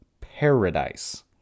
paradise